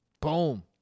Boom